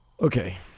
Okay